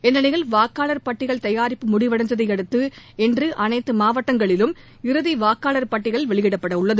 இந்நிலையில் வாக்காளர் பட்டியல் தயாரிப்பு முடிவடைந்ததை அடுத்து இன்று அனைத்து மாவட்டங்களிலும் இறுதி வாக்காளர் பட்டியல் வெளியிடப்பட உள்ளது